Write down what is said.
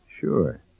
Sure